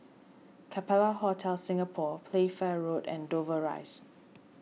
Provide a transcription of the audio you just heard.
Capella Hotel Singapore Playfair Road and Dover Rise